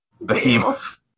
behemoth